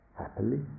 happily